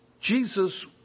Jesus